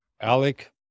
Alec